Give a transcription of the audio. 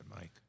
Mike